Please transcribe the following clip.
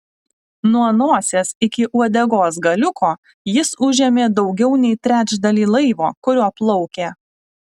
nuo nosies iki uodegos galiuko jis užėmė daugiau nei trečdalį laivo kuriuo plaukė